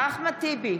אחמד טיבי,